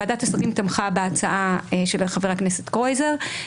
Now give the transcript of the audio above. ועדת השרים תמכה בהצעה של חבר הכנסת קרויזר.